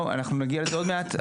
אנחנו נגיע לזה עוד מעט.